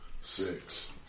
six